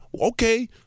okay